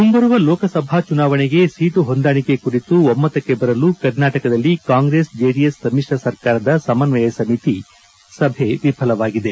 ಮುಂಬರುವ ಲೋಕಸಭಾ ಚುನಾವಣೆಗೆ ಸೀಟು ಹೊಂದಾಣಿಕೆ ಕುರಿತು ಒಮ್ನತಕ್ಕೆ ಬರಲು ಕರ್ನಾಟಕದಲ್ಲಿ ಕಾಂಗ್ರೆಸ್ ಜೆಡಿಎಸ್ ಸಮಿತ್ರ ಸರ್ಕಾರದ ಸಮನ್ನಯ ಸಮಿತಿ ಸಭೆ ವಿಫಲವಾಗಿದೆ